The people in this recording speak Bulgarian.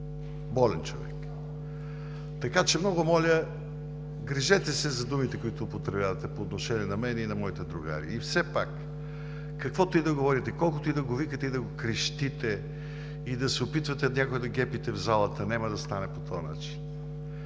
болен човек. Така че, много моля, грижете се за думите, които употребявате по отношение на мен и на моите другари. И все пак, каквото и да говорите, колкото и да го викате, и да го крещите, и да се опитвате някого да гепите в залата, няма да стане по този начин.